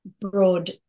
broad